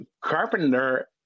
Carpenter